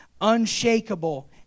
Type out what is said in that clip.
unshakable